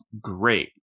great